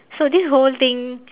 so this whole thing